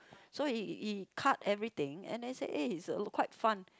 so he he cut everything and then said eh it's uh quite fun